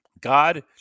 God